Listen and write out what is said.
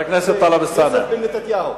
יוסף בן מתתיהו,